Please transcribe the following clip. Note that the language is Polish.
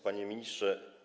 Panie Ministrze!